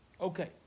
Okay